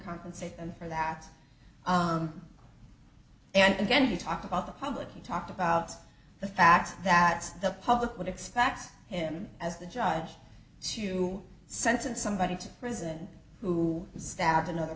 compensate him for that and then you talk about the public he talked about the fact that the public would expect him as the judge to sentence somebody to prison who stabbed another